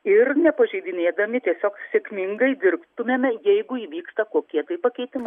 ir nepažeidinėdami tiesiog sėkmingai dirbtumėme jeigu įvyksta kokie tai pakeitimai